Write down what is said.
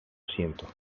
siento